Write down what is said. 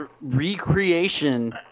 recreation